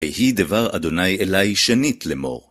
ויהי דבר ה' אלי שנית לאמור.